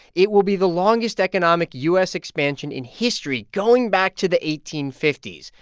it will be the longest economic u s. expansion in history going back to the eighteen fifty s,